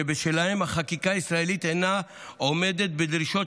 שבשלהם החקיקה הישראלית אינה עומדת בדרישות